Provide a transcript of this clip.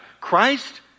Christ